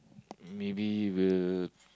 maybe will